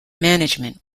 management